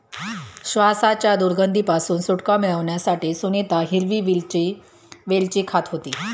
श्वासाच्या दुर्गंधी पासून सुटका मिळवण्यासाठी सुनीता हिरवी वेलची खात होती